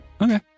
Okay